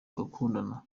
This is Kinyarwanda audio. abakundana